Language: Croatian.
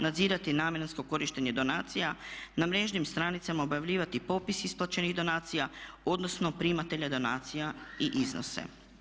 Nadzirati namjensko korištenje donacija, na mrežnim stranicama objavljivati popis isplaćenih donacija odnosno primatelja donacija i iznose.